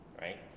right